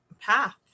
path